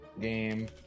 game